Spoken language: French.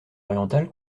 orientale